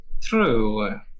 True